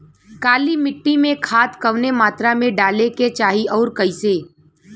काली मिट्टी में खाद कवने मात्रा में डाले के चाही अउर कइसे?